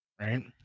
Right